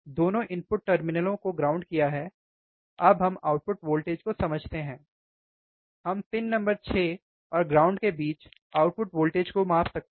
दोनों इनपुट टर्मिनलों को ग्राउंड किया है अब हम आउटपुट वोल्टेज को समझते हैं हम पिन नंबर 6 और ग्राउंड के बीच आउटपुट वोल्टेज को माप सकते हैं